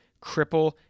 cripple